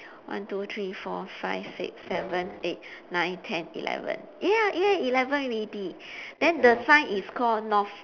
one two three four five six seven eight nine ten eleven ya ya eleven already then the sign is called north